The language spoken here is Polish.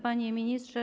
Panie Ministrze!